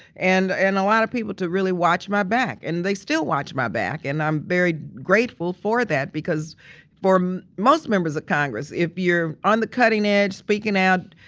and and a lot of people to really watch my back and they still watch my back. and i'm very grateful for that because for most members of congress if you're on the cutting edge, speaking out,